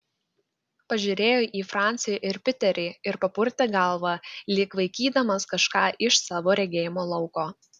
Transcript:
pažiūrėjo į francį ir piterį ir papurtė galvą lyg vaikydamas kažką iš savo regėjimo lauko